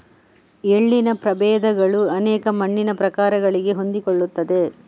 ಎಳ್ಳಿನ ಪ್ರಭೇದಗಳು ಅನೇಕ ಮಣ್ಣಿನ ಪ್ರಕಾರಗಳಿಗೆ ಹೊಂದಿಕೊಳ್ಳುತ್ತವೆ